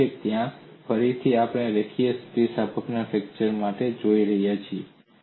કારણ કે ત્યાં ફરીથી આપણે રેખીય સ્થિતિસ્થાપક ફ્રેક્ચર મિકેનિક્સ માટે જઈ રહ્યા છીએ